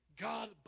God